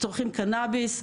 צורכים קנאביס.